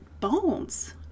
bones